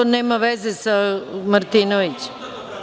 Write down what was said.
To nema veze sa Martinovićem.